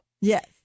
Yes